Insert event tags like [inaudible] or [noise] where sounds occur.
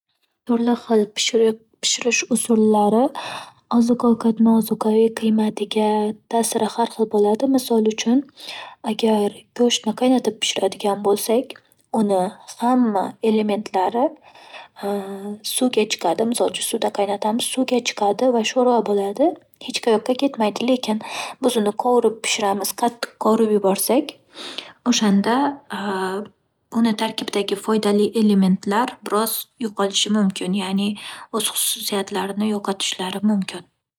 Turli xil pishiriq pishirish usullari, oziq -ovqatni ozuqaviy qiymatiga ta'siri har xil bo'ladi. Misol uchun, agar go'shtni qaynatib pishiradigan bo'lsak uni hamma elementlari suvga chiqadi, misol uchun, suvda qaynatamiz, suvga chiqadi sho'rva bo'ladi, hech qayoqqa ketmaydi. Lekin biz uni qovurib pishiramiz, qattiq qovurib yuborsak, o'shanda [hesitation] uni tarkibidagi foydali elementlar biroz yo'qolishi mumkin, ya'ni o'z xususiyatlarini yo'qotishlari mumkin.